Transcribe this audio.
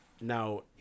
Now